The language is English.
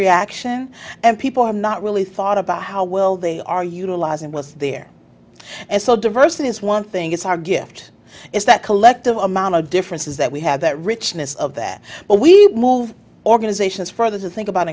reaction and people are not really thought about how will they are utilizing was there and so diversity is one thing it's our gift is that collective i'm on a difference is that we have that richness of that but we move organizations further to think about